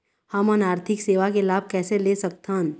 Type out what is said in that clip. हमन आरथिक सेवा के लाभ कैसे ले सकथन?